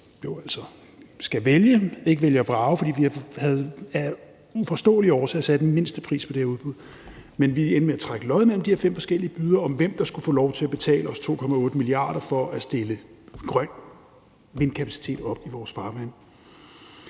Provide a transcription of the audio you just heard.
skal vælge – ikke vælge og vrage, for vi havde af uforståelige årsager sat en mindstepris på det her udbud, men vi endte med at trække lod mellem de her fem forskellige bydere om, hvem der skulle få lov til at betale os 2,8 mia. kr. for at stille grøn vindkapacitet op i vores farvand.